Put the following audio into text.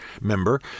member